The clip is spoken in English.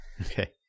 Okay